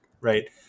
Right